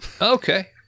Okay